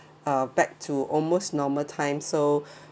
uh back to almost normal time so